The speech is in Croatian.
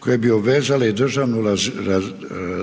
koje bi obvezale